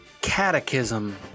catechism